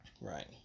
right